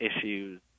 issues